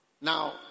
Now